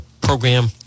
program